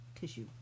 tissue